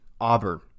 Auburn